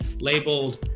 labeled